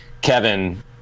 Kevin